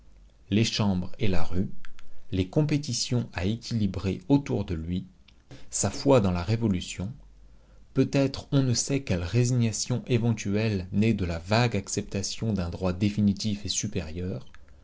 les chambres et la rue les compétitions à équilibrer autour de lui sa foi dans la révolution peut-être on ne sait quelle résignation éventuelle née de la vague acceptation d'un droit définitif et supérieur